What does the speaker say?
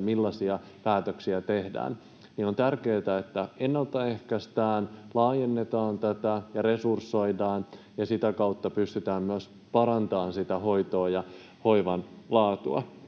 millaisia päätöksiä tehdään. On tärkeätä, että ennalta ehkäistään, laajennetaan ja resursoidaan tätä, ja sitä kautta pystytään myös parantamaan hoidon ja hoivan laatua.